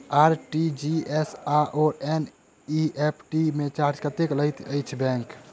RTGS आओर NEFT मे charge कतेक लैत अछि बैंक?